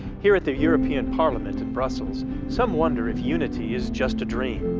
here at the european parliament in brussels, some wonder if unity is just a dream.